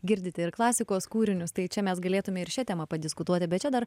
girdite ir klasikos kūrinius tai čia mes galėtume ir šia tema padiskutuoti bet čia dar